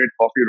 coffee